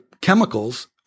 chemicals